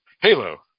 Halo